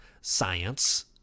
science